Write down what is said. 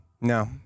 No